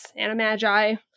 Animagi